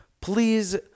Please